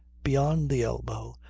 beyond the elbow,